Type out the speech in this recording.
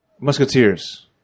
Musketeers